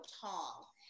tall